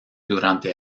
durante